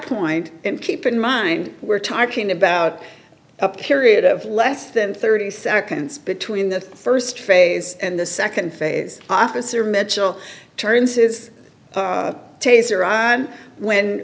point and keep in mind we're talking about a period of less than thirty seconds between the st phase and the nd phase officer mitchell turns his taser eye and when